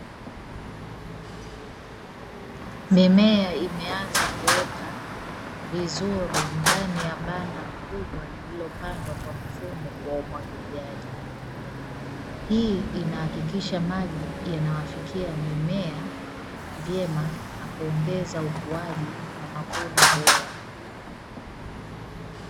Mimea imeanza kuota vizuri ndani ya banda kubwa lililopandwa kwa mfumo wa umwagiliaji, hii inahakikisha maji yanawafikia mimea vyema na kuongeza ukuaji na mavuno bora.